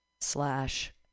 slash